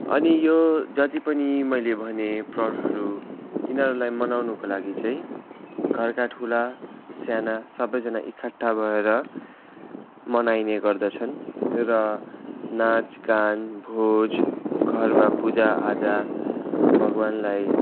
अनि यो जति पनि मैले भने पर्वहरू यिनीहरूलाई मनाउनुको लागि चाहिँ घरका ठुला साना सबैजना एकट्ठा भएर मनाइने गर्दछन् र नाँच गान भोज घरमा पूजा आजा भगवान्लाई